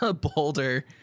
boulder